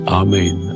amen